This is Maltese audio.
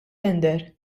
tender